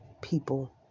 people